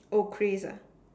oh craze ah